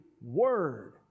Word